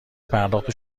پرداخت